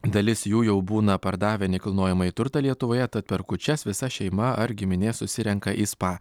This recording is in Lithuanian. dalis jų jau būna pardavę nekilnojamąjį turtą lietuvoje tad per kūčias visa šeima ar giminė susirenka į spa